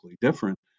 different